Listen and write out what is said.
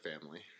family